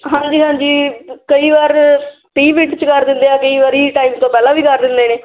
ਹਾਂਜੀ ਹਾਂਜੀ ਕਈ ਵਾਰ ਤੀਹ ਮਿੰਟ 'ਚ ਕਰ ਦਿੰਦੇ ਆ ਕਈ ਵਾਰੀ ਟਾਈਮ ਤੋਂ ਪਹਿਲਾਂ ਵੀ ਕਰ ਦਿੰਦੇ ਨੇ